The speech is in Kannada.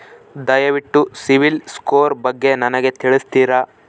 ದಯವಿಟ್ಟು ಸಿಬಿಲ್ ಸ್ಕೋರ್ ಬಗ್ಗೆ ನನಗೆ ತಿಳಿಸ್ತೀರಾ?